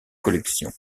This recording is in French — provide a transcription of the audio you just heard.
collection